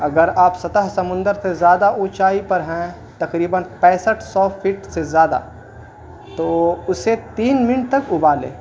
اگر آپ ستح سمندر سے زیادہ اونچائی پر ہیں تقریباً پینسٹھ سو فٹ سے زیادہ تو اسے تین منٹ تک ابال لیں